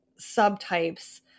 subtypes